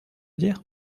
dire